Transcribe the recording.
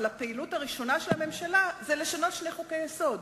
אבל הפעילות הראשונה שלה היא שינוי שני חוקי-יסוד,